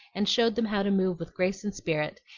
and showed them how to move with grace and spirit,